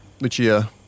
Lucia